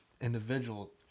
Individual